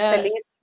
Feliz